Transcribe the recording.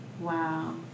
wow